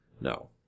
No